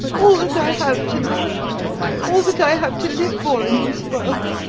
all that i have to love all that i have to live for in this world.